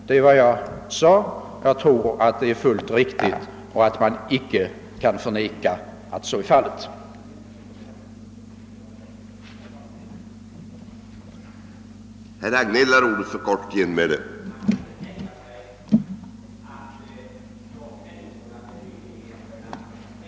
Det var vad jag sade; jag tror att man icke kan förneka att det är fullt riktigt.